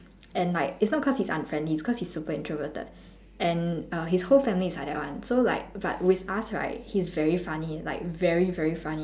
and like it's not cause he's unfriendly it's cause he's super introverted and err his whole family is like that one so like but with us right he's very funny like very very funny